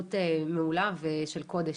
שליחות מעולה של קודש.